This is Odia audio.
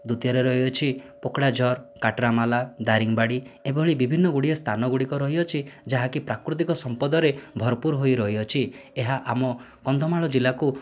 ଦ୍ୱିତୀୟରେ ରହିଅଛି ପକ୍ଡ଼ାଝର କାଟରାମାଲା ଦାରିଙ୍ଗବାଡ଼ି ଏଭଳି ବିଭିନ୍ନ ଗୁଡ଼ିଏ ସ୍ଥାନଗୁଡ଼ିକ ରହିଅଛି ଯାହାକି ପ୍ରାକୃତିକ ସମ୍ପଦରେ ଭରପୁର ହୋଇ ରହିଅଛି ଏହା ଆମ କନ୍ଧମାଳ ଜିଲ୍ଲାକୁ